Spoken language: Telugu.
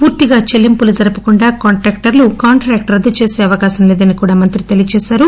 పూర్తిగా చెల్లింపులు జరపకుండా కాంట్రాక్టర్లు కాంట్రాక్టును రద్దుచేసే అవకాశం లేదని కూడా మంత్రి తెలియజేశారు